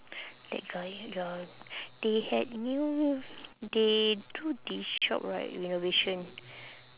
they had new they do the shop right renovation